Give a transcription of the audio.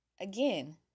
Again